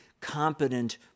competent